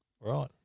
right